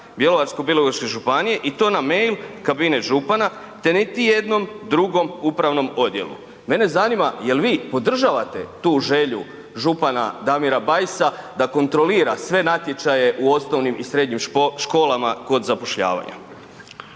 Bjelovarsko-bilogorske županije i to na mail kabinet župana te niti jednom drugom upravnom odjelu. Mene zanima jel vi podržavate tu želju župana Damira Bajsa da kontrolira sve natječaje u osnovnim i srednjim školama kod zapošljavanja?